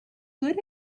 good